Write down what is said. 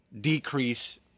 decrease